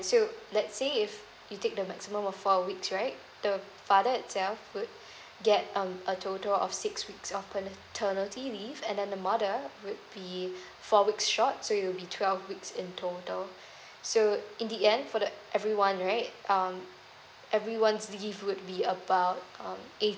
so let's say if you take the maximum of four weeks right the father itself would get um a total of six weeks of pa~ paternity leave and then the mother would be four weeks short so it would be twelve weeks in total so in the end for the everyone right um everyone's leave would be about um